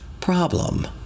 problem